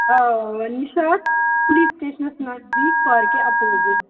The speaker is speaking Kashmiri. آ نِشاط پُلیٖس سِٹیشنَس نزدیٖک پارکہِ اپوزِٹ